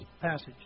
passage